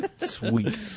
sweet